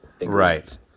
right